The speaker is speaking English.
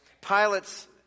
pilots